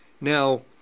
Now